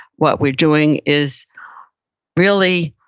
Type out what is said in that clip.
what we're doing is really